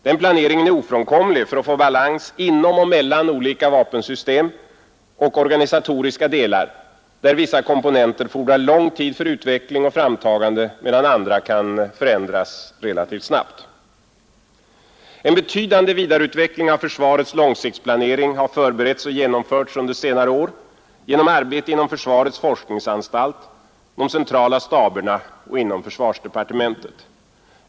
Den planeringen är ofrånkomlig för att få balans inom och mellan olika vapensystem och organisatoriska delar, där vissa komponenter fordrar lång tid för utveckling och framtagande, medan andra kan förändras relativt snabbt. En betydande vidareutveckling av försvarets långsiktsplanering har förberetts och genomförts under senare år genom arbete inom försvarets forskningsanstalt, de centrala staberna och försvarsdepartementet.